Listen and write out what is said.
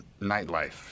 nightlife